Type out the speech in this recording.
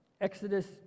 Exodus